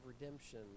redemption